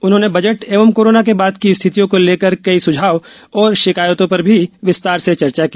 उन्होंने बजट एवं कोरोना के बाद की स्थितियों को लेकर कई सुझाव और शिकायतों पर भी विस्तार से चर्चा की